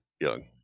young